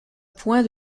point